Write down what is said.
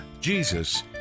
Jesus